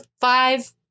five